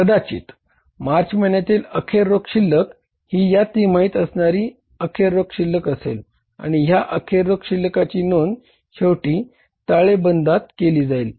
कदाचित मार्च महिन्यातील अखेर रोख शिल्लक केली जाईल